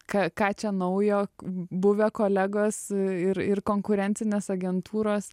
ka ką čia naujo buvę kolegos ir ir konkurencinės agentūros